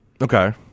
Okay